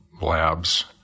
labs